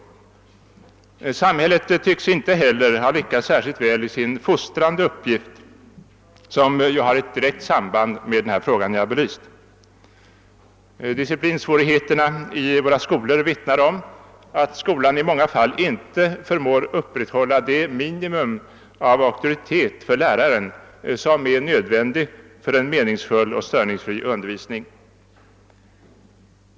Samhället tycks inte heller ha lyckats särskilt väl i sin fostrande uppgift vilken har ett direkt samband med den fråga som jag belyst. Disciplinsvårigheterna i våra skolor vittnar om att man där i många fall inte förmår upprätthålla ens det minimum av auktoritet för läraren, som är nödvändigt för en meningsfull och störningsfri undervisning.